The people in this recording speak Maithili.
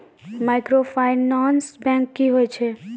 माइक्रोफाइनांस बैंक की होय छै?